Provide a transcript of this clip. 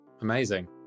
Amazing